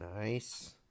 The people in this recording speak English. nice